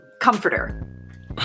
comforter